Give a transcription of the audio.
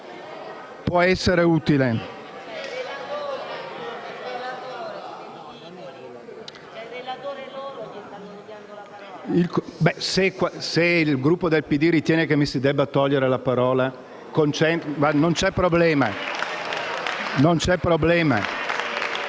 MUCCHETTI *(PD)*. Se il Gruppo del PD ritiene che mi si debba togliere la parola, non c'è problema.